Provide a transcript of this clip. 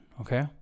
okay